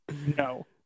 no